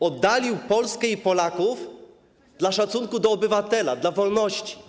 Oddalił Polskę i Polaków od szacunku dla obywatela, dla wolności.